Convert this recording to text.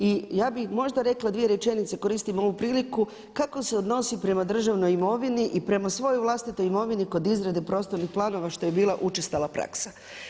I ja bi možda rekla dvije rečenice, koristim ovu priliku kako se odnosi prema državnoj imovini i prema svojoj vlastitoj imovini kod izrade prostornih planova što je bila učestala praksa.